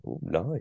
Nice